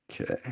Okay